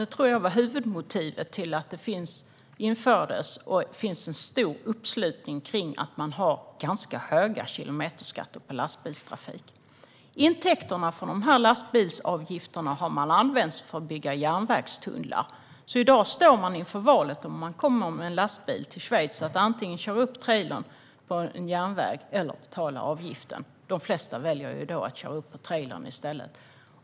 Det tror jag var huvudmotivet till att detta infördes, och det finns en stor uppslutning kring att ha ganska höga kilometerskatter på lastbilstrafik. Intäkterna från de här lastbilsavgifterna har man använt för att bygga järnvägstunnlar. Den som i dag kommer med en lastbil till Schweiz ställs inför valet att antingen köra upp på en järnväg eller betala avgiften. De flesta väljer då att köra upp på järnvägen.